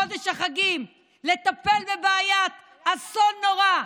חודש החגים, לטפל בבעיה של אסון נורא,